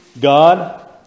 God